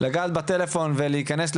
לגעת בטלפון ולהיכנס,